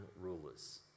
rulers